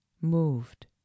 MOVED